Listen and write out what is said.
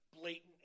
blatant